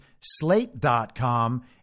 Slate.com